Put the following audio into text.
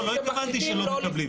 לא התכוונתי שלא מקבלים,